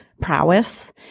prowess